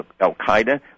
al-Qaeda